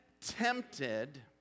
tempted